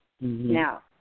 Now